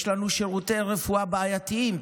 יש לנו שירותי רפואה בעייתיים,